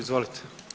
Izvolite.